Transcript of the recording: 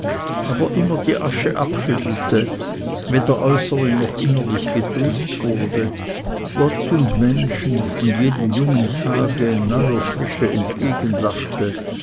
aber immer die asche abschüttelte weder äußerlich noch innerlich getrübt wurde gott und menschen und jedem jungen tage in neuer frische